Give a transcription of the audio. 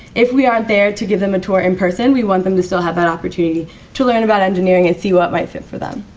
if we aren't there to give them a tour in person, we want them to still have that opportunity to learn about engineering and see what might fit for them.